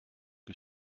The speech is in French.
que